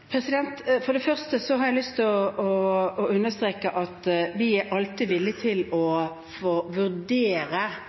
saken? For det første vil jeg understreke at vi alltid er villig til å vurdere